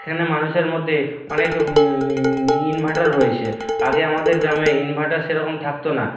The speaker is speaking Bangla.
এখানে মানুষের মধ্যে অনেক ইনভার্টার রয়েছে আগে আমাদের গ্রামে ইনভার্টার সেরকম থাকতো না